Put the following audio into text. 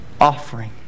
offering